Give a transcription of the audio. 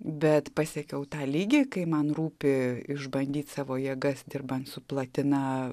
bet pasiekiau tą lygį kai man rūpi išbandyti savo jėgas dirbant su platina